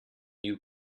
you